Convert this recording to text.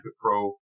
pro